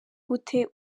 gute